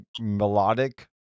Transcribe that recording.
melodic